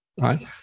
right